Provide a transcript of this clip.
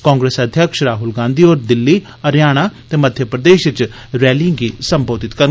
कांग्रेस अघ्यक्ष राहुल गांधी होर दिल्ली हरियाणा ते मध्यप्रदेश च रैलिएं गी संबोधित करडन